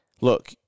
look